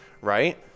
right